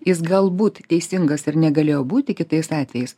jis galbūt teisingas ir negalėjo būti kitais atvejais